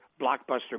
blockbuster